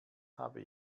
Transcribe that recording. habe